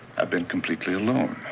i've been completely alone.